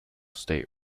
state